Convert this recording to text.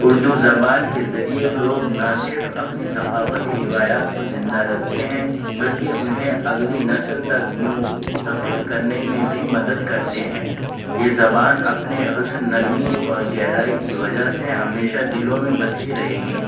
اردو زبان کے ذریعے لوگ نہ صرف اپنی ثقافتی روایات کو زندہ رکھتے ہیں بلکہ انہیں اگلی نسل تک منتقل کرنے میں بھی مدد کرتے ہیں یہ زبان اپنے حسن نرمی اور گہرائی کی وجہ سے ہمیشہ دلوں میں بستی رہے گی